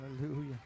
hallelujah